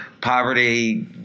poverty